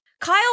Kyle